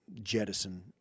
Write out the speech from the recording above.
jettison